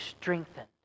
strengthened